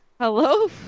Hello